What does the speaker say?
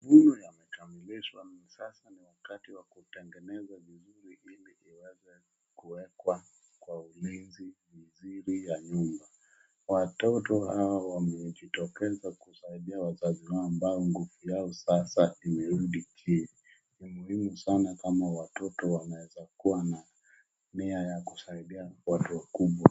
Huu umekamilishwa na sasa ni wakati wa kutengeneza vizuri ili iweze kuwekwa kwa ulinzi mzuri ya nyumba. Watoto hawa wamejitokeza kusaidia wazazi wao ambao nguvu yao sasa imerudi chini. Ni muhimu sana kama watoto wanaweza kuwa na nia ya kusaidia watu wakubwa.